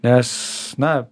nes na